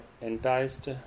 enticed